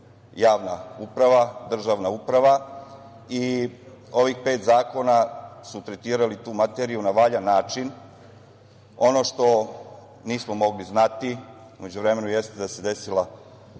javna uprava, državna uprava i ovih pet zakona su tretirali tu materiju na valjan način. Ono što nismo mogli znati, u međuvremenu, se desila,